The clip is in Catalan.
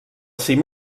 cim